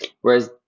Whereas